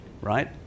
right